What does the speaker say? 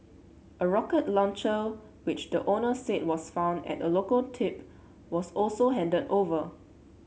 a rocket launcher which the owner said was found at a local tip was also handed over